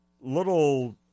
little